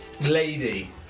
lady